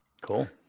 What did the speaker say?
cool